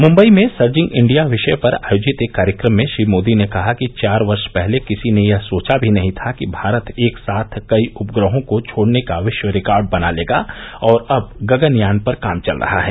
मुम्बई में surging India विषय पर आयोजित एक कार्यक्रम में श्री मोदी ने कहा कि चार वर्ष पहले किसी ने यह सोचा भी नहीं था कि भारत एक साथ कई उपग्रहों को छोड़ने का विश्व रिकार्ड बना लेगा और अब गगनयान पर काम चल रहा है